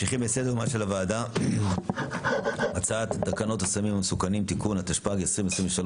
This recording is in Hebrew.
סדר היום של הוועדה "הצעת תקנות הסמים המסוכנים (תיקון) התשפ"ג-2023"